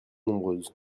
nombreuses